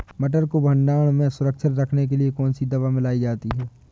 मटर को भंडारण में सुरक्षित रखने के लिए कौन सी दवा मिलाई जाती है?